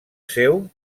seu